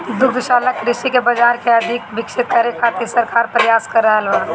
दुग्धशाला कृषि के बाजार के अधिक विकसित करे खातिर सरकार प्रयास क रहल बा